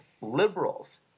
Liberals